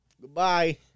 Goodbye